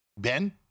Ben